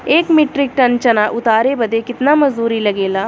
एक metric ton चना उतारे बदे कितना मजदूरी लगे ला?